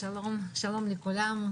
שלום לכולם,